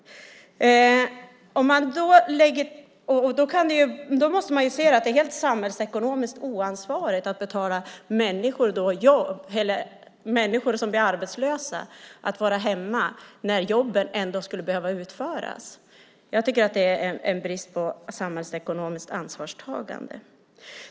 Därför måste man inse att det är samhällsekonomiskt oansvarigt att betala människor som är arbetslösa samtidigt som jobben skulle behöva utföras. Jag tycker att det visar på bristande samhällsekonomiskt ansvarstagande.